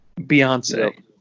beyonce